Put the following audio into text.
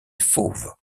fauves